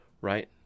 right